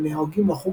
ונוהגים לחוג